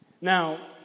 Now